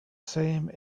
same